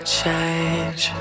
change